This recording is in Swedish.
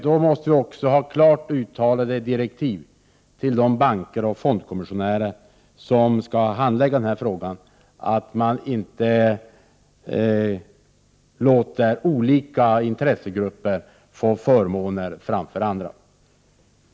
Då måste vi också ha klart uttalade direktiv till de banker och fondkommissionärer som skall handlägga fördelningen av aktier att de inte skall låta vissa intressegrupper få förmåner framför andra.